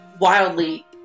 wildly